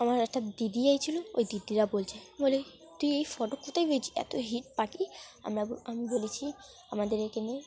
আমার একটা দিদি এসেছিল ওই দিদিরা বলছে বলে তুই এই ফটো কোথায় পেয়েছিস এত হিট পাখি আমরা বলি আমি বলেছি আমাদের এখানে